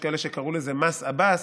יש כאלה שקראו לזה "מס עבאס",